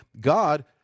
God